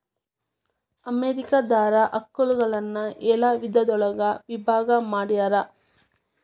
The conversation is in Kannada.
ಅಮೇರಿಕಾ ದಾರ ಆಕಳುಗಳನ್ನ ಏಳ ವಿಧದೊಳಗ ವಿಭಾಗಾ ಮಾಡ್ಯಾರ